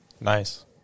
Nice